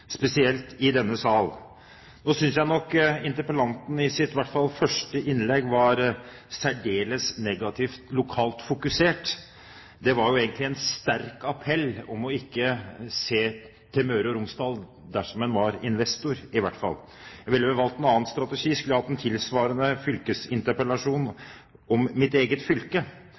spesielt i denne sal. Nå synes jeg nok interpellanten, i hvert fall i sitt første innlegg, var særdeles negativt lokalt fokusert. Det var egentlig en sterk appell om ikke å se til Møre og Romsdal, i hvert fall dersom man var investor. Jeg ville vel valgt en annen strategi skulle jeg ha hatt en tilsvarende fylkesinterpellasjon om mitt eget fylke.